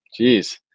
Jeez